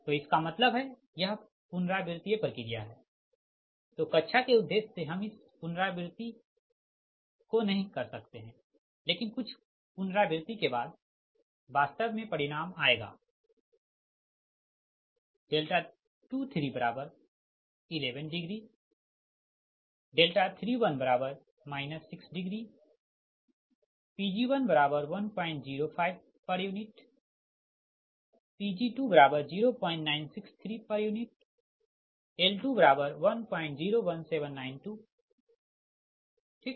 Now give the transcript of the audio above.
तो इसका मतलब है यह पुनरावृति प्रक्रिया है तो कक्षा के उद्देश्य से हम इस पुनरावृति को नही कर सकते है लेकिन कुछ पुनरावृति के बाद वास्तव में परिणाम आएगा 2311 31 6 Pg1105 pu Pg20963 pu L2101792 ठीक